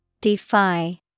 Defy